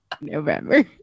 November